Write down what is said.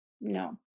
no